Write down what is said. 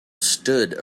stood